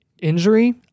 injury